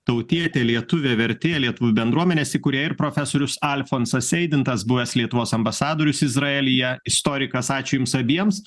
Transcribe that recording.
tautietė lietuvė vertėja lietuvių bendruomenės įkūrėja ir profesorius alfonsas eidintas buvęs lietuvos ambasadorius izraelyje istorikas ačiū jums abiems